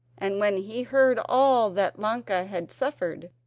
and when he heard all that ilonka had suffered,